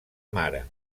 mare